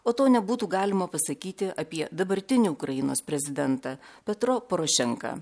o to nebūtų galima pasakyti apie dabartinį ukrainos prezidentą petro porošenką